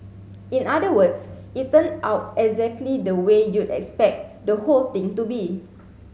in other words it turned out exactly the way you'd expect the whole thing to be